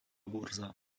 burza